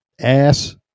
Ass